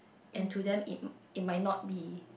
and to them it it might not be